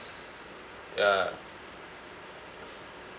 ya